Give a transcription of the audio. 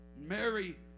Mary